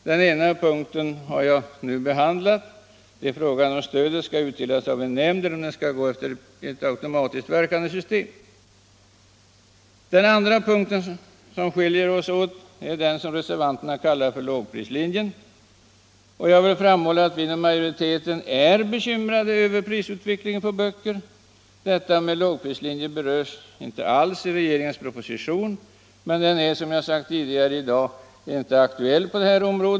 Den ena punkten, frågan om stödet skall utdelas av en nämnd eller efter ett automatiskt verkande system, har jag nu behandlat. Den andra punkt där vi skiljer oss åt är den som reservanterna kallar för lågprislinjen. Jag vill framhålla att vi inom majoriteten är bekymrade över prisutvecklingen på böcker. Frågan om lågprislinje berörs inte alls i regeringens proposition, men den är som jag sagt tidigare i dag inte aktuell på det här området.